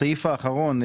בסעיף האחרון,